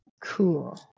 cool